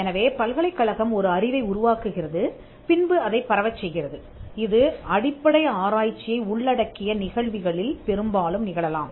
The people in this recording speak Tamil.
எனவே பல்கலைக்கழகம் ஒரு அறிவை உருவாக்குகிறது பின்பு அதைப் பரவச் செய்கிறது இது அடிப்படை ஆராய்ச்சியை உள்ளடக்கிய நிகழ்வுகளில் பெரும்பாலும் நிகழலாம்